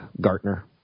Gartner